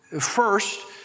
First